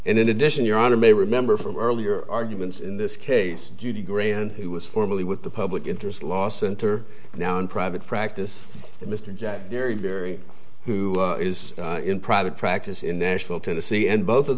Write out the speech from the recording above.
and in addition your honor may remember from earlier arguments in this case due to grand who was formerly with the public interest law center now in private practice and mr jack very very who is in private practice in nashville tennessee and both of